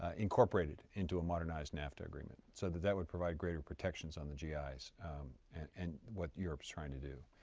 ah incorporated into a modernized nafta agreement, so that that would provide greater protections on the gi's and what europe is trying to do.